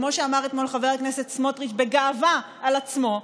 כמו שאמר אתמול חבר הכנסת סמוטריץ' בגאווה על עצמו,